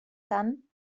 tant